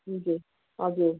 हजुर हजुर